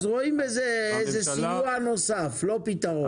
אז רואים בזה סיוע נוסף, לא פתרון.